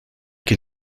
que